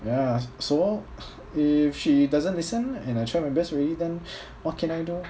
ya so if she doesn't listen and I try my best already then what can I do